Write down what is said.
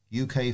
uk